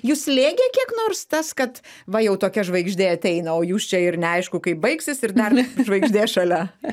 jus slėgė kiek nors tas kad va jau tokia žvaigždė ateina o jūs čia ir neaišku kaip baigsis ir dar žvaigždė šalia